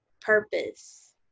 purpose